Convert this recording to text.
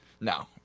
No